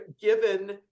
given